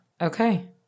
Okay